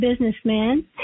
businessman